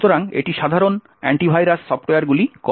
সুতরাং এটি সাধারণ অ্যান্টিভাইরাস সফ্টওয়্যারগুলি করে